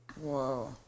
Whoa